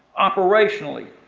operationally,